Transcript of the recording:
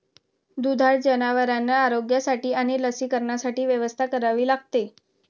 दुधाळ जनावरांच्या आरोग्यासाठी आणि लसीकरणासाठी व्यवस्था करावी लागते